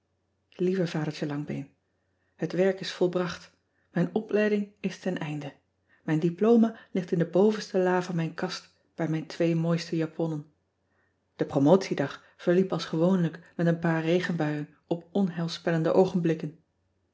ieve adertje angbeen et werk is volbracht ijn opleiding is teneinde ijn diploma ligt in de bovenste la van mijn kast bij mijn twee mooiste japonnen e promotiedag verliep als gewoonlijk met een paar regenbuien op onheilspellende